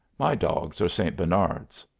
my dogs are st. bernards.